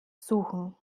suchen